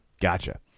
Gotcha